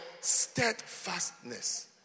steadfastness